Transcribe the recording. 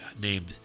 named